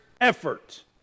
effort